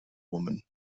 woman